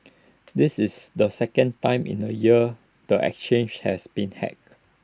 this is the second time in A year the exchange has been hacked